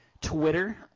Twitter –